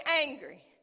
angry